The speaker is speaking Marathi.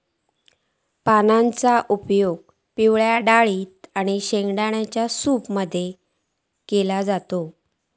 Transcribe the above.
पानांचो उपयोग पिवळ्या डाळेत आणि शेंगदाण्यांच्या सूप मध्ये पण करतत